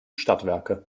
stadtwerke